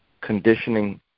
conditioning